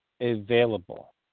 available